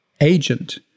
agent